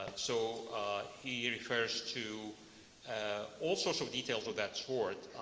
ah so he refers to ah all sorts of details of that sort,